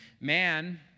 man